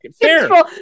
Fair